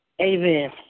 Amen